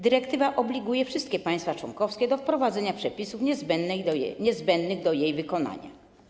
Dyrektywa obliguje wszystkie państwa członkowskie do wprowadzenia przepisów niezbędnych do jej wykonania.